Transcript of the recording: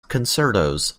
concertos